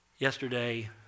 Yesterday